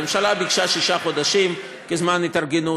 הממשלה ביקשה שישה חודשים כזמן התארגנות,